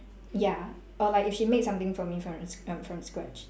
ya or like if she make something for me from the um from scratch